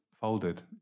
folded